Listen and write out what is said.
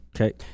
Okay